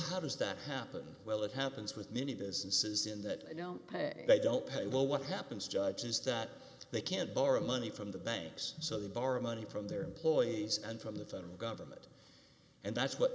how does that happen well that happens with many businesses in that you know they don't pay well what happens judge is that they can't borrow money from the banks so they borrow money from their employees and from the federal government and that's what